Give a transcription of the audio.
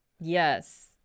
Yes